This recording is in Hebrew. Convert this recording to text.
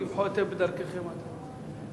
תמחו אתם בדרככם אתם.